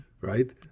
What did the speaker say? Right